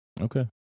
Okay